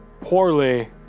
poorly